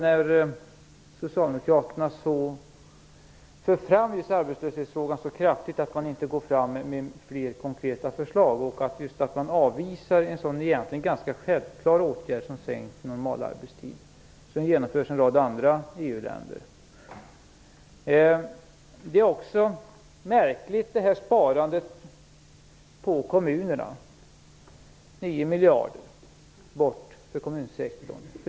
När Socialdemokraterna för fram just arbetslöshetsfrågan så kraftigt är det ändå otillfredsställande att man inte går fram med fler konkreta förslag. Man avvisar en så egentligen ganska självklar åtgärd som sänkt normalarbetstid, som genomförs i en rad andra Sparandet på kommunerna är också märkligt. 9 miljarder tas bort för kommunsektorn.